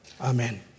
Amen